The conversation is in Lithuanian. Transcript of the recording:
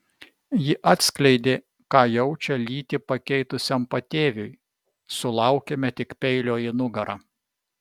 ji atskleidė ką jaučia lytį pakeitusiam patėviui sulaukėme tik peilio į nugarą